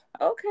okay